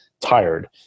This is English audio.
tired